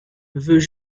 veut